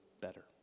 better